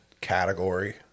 category